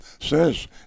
says